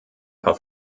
paar